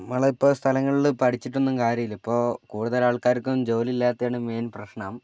നമ്മളിപ്പം സ്ഥലങ്ങളില് പഠിച്ചിട്ടൊന്നും കാര്യഇല്ല ഇപ്പം കൂടുതലാൾക്കാർക്കും ജോലിയില്ലാത്തതാണ് മെയിൻ പ്രശ്നം